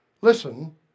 Listen